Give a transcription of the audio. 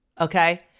Okay